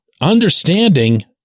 understanding